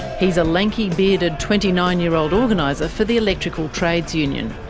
he's a lanky, bearded twenty nine year old organiser for the electrical trades union.